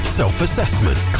self-assessment